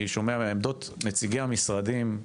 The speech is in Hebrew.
אני שומע מעמדות נציגי המשרדים,